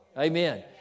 Amen